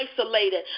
isolated